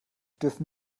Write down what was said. dürfen